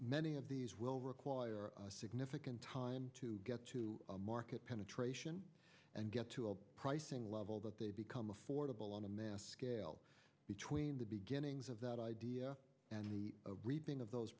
many of these will require significant time to get to market penetration and get to a pricing level that they become affordable on a mass scale between the beginnings of that idea and the reaping of those